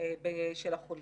של החולים.